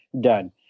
done